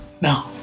No